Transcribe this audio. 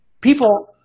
people